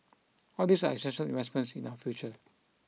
all these are essential investments in our future